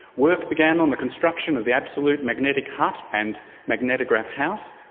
work began on the construction of the absolute magnetic hut and magnetograph house,